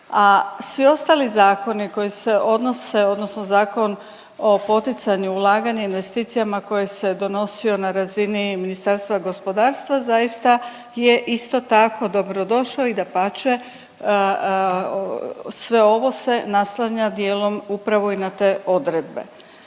odnosno Zakon o poticanju ulaganja i investicijama koje se donosio na razini Ministarstva gospodarstva, zaista je isto tako dobrodošao i dapače, sve ovo se naslanja dijelom upravo i na te odredbe.